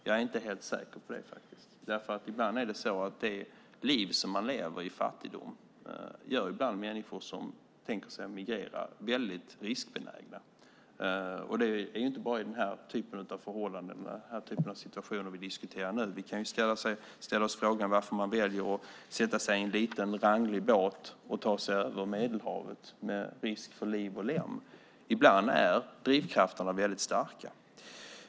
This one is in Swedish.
Jag är faktiskt inte helt säker på det, för ibland är det så att det liv man lever i fattigdom gör människor som tänker sig att emigrera väldigt riskbenägna. Det gäller inte bara den typ av förhållanden och situationer som vi diskuterar nu. Vi kan ju ställa oss frågan varför man väljer att sätta sig i en liten ranglig båt och ta sig över Medelhavet med risk för liv och lem. Ibland är drivkrafterna väldigt starka.